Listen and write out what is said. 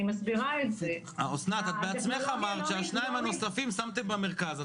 אני מסבירה את זה --- אסנת את בעצמך אמרת ששניים הנוספים שמתם במרכז,